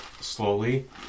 slowly